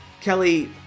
Kelly